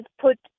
put